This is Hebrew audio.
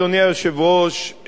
אדוני היושב-ראש,